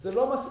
זה לא מספיק.